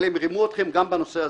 אבל הם רימו אתכם גם בנושא הזה.